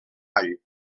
all